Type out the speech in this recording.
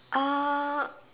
uh